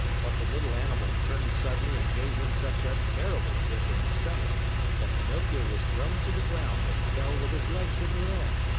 but the little animal turned suddenly and gave him such a terrible kick in the stomach that pinocchio was thrown to the ground and fell with his legs in the air.